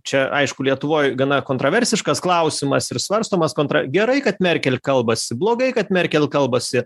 čia aišku lietuvoj gana kontroversiškas klausimas ir svarstomas kontra gerai kad merkel kalbasi blogai kad merkel kalbasi